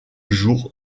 jour